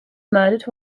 murdered